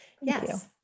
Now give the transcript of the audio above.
Yes